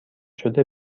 شده